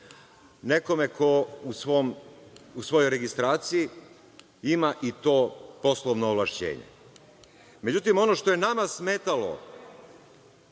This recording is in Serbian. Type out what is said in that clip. nekome ko u svojoj registraciji ima i to poslovno ovlašćenje.Međutim, ono što je nama smetalo